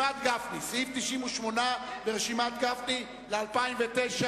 סעיף 98 ברשימת גפני ל-2009,